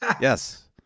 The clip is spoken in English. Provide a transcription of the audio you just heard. yes